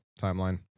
timeline